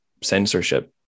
censorship